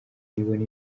nibona